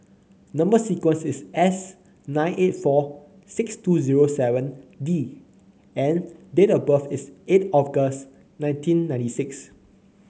number sequence is S nine eight four six two zero seven D and date of birth is eight August nineteen ninety six